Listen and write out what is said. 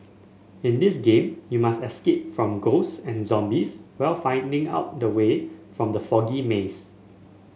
in this game you must escape from ghost and zombies while finding out the way from the foggy maze